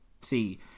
See